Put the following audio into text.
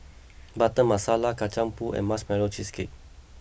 Butter Masala Kacang Pool and Marshmallow Cheesecake